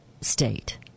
state